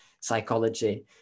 psychology